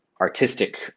artistic